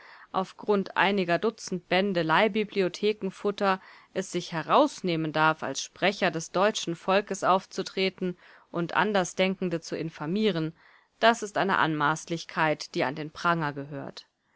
grund einiger dutzend bände leihbibliothekenfutter es sich herausnehmen darf als sprecher des deutschen volkes aufzutreten und andersdenkende zu infamieren das ist eine anmaßlichkeit die an den pranger gehört